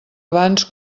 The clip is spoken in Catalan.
abans